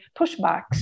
pushbacks